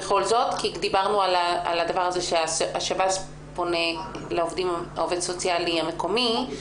דיברנו על כך שהשב"ס פונה לעובד סוציאלי מקומי.